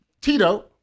Tito